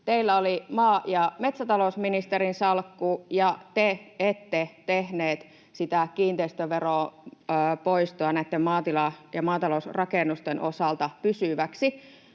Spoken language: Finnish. teillä oli maa- ja metsätalous-ministerin salkku, niin te ette tehneet sitä kiinteistöveron poistoa näitten maatilan ja maatalousrakennusten osalta pysyväksi